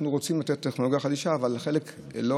אנחנו רוצים לתת טכנולוגיה חדישה אבל חלק לא